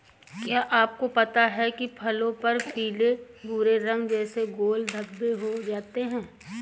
क्या आपको पता है फलों पर पीले भूरे रंग जैसे गोल धब्बे हो जाते हैं?